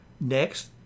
Next